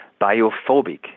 biophobic